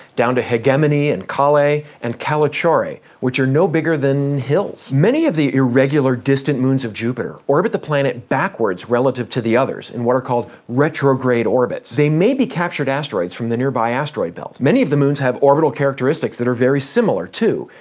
down to hegemone, and kale, and kallichore, which are no bigger than hills. many of the irregular, distant moons of jupiter orbit the planet backwards relative to the others, in what are called retrograde orbits. they may be captured asteroids from the nearby asteroid belt. many of the moons have orbital characteristics that are very similar, too,